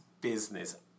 business